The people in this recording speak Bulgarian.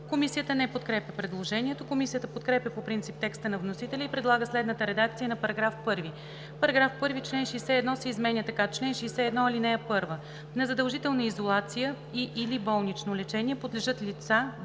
Комисията не подкрепя предложението. Комисията подкрепя по принцип текста на вносителя и предлага следната редакция на § 1: „§ 1. Член 61 се изменя така: „Чл. 61. (1) На задължителна изолация и/или болнично лечение подлежат лица,